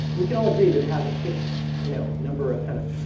we can all agree that it has a fixed, you know, number of kind of